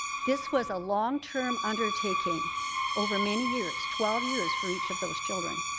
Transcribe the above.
this was a long-term undertaking over many years. twelve years for each of those children.